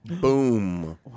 Boom